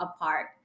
apart